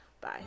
Bye